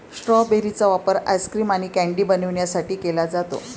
strawberry चा वापर ice cream आणि कँडी बनवण्यासाठी केला जातो